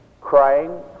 crying